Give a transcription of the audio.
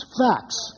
facts